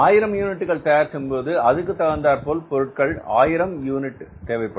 ஆயிரம் யூனிட்டுகள் தயார் செய்யும்போது அதற்கு தகுந்தார்போல் பொருட்கள் ஆயிரம் யூனிட்டுகள் தேவைப்படும்